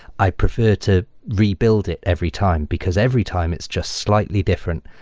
i prefer to rebuild it every time, because every time it's just slightly different.